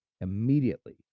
Immediately